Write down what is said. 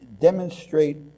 demonstrate